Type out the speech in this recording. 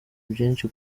byinshi